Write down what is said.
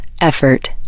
Effort